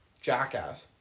Jackass